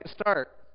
start